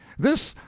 this